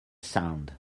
sound